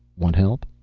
want help?